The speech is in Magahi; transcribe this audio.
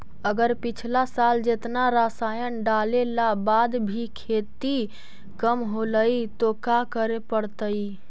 अगर पिछला साल जेतना रासायन डालेला बाद भी खेती कम होलइ तो का करे पड़तई?